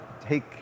take